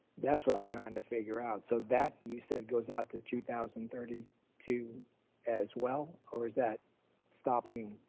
that's what i'm trying to figure out. so that you said goes out to two thousand and thirty two as well, or is that stopping?